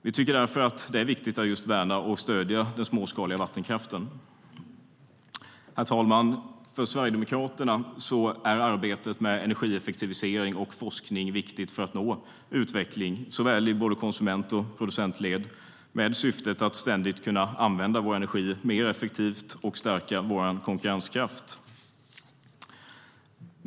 Vi tycker därför att det är viktigt att värna och stödja den småskaliga vattenkraften. Herr talman! För Sverigedemokraterna är arbetet med energieffektivisering och forskning viktigt för att nå utveckling i både konsument och producentled i syfte att ständigt kunna använda vår energi mer effektivt och stärka vår konkurrenskraft.